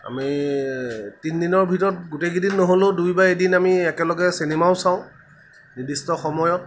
আমি তিনিদিনৰ ভিতৰত গোটেইকেইদিন নহ'লেও দুই বা এদিন আমি একেলগে চিনেমাও চাওঁ নিৰ্দিষ্ট সময়ত